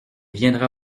viendra